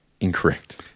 Incorrect